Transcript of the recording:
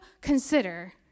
consider